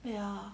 ya